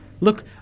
Look